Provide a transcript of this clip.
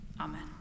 Amen